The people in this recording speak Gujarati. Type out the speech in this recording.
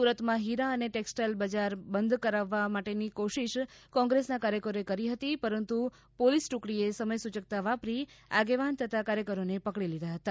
સુરતમાં હીરા અને ટેક્ષટાઈલ બજાર બંધ કરાવવા માટેની કોશિશ કોંગ્રેસના કાર્યકરોએ કરી હતી પરંતુ પોલીસ ટુકડી એ સમયસૂચકતા વાપરી આગેવાન તથા કાર્યકરોને પકડી લીધા હતા